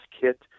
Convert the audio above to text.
kit